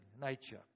nature